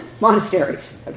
monasteries